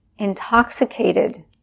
intoxicated